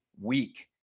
week